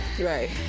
Right